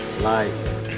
life